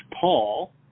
Paul